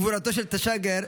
גבורתו של טשאגר,